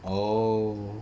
oh